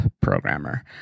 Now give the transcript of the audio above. programmer